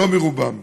לא מרובם.